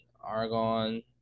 argon